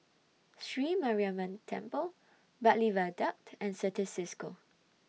Sri Mariamman Temple Bartley Viaduct and Certis CISCO